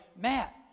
Matt